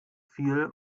viel